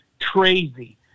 crazy